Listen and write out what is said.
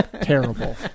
terrible